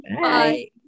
Bye